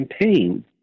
campaign